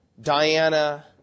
Diana